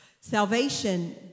Salvation